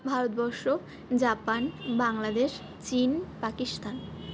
Bharatvarsha Japan Bangladesh চীন পাকিস্তান